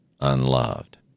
unloved